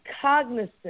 cognizant